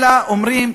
אלא אומרים: